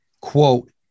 quote